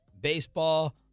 baseball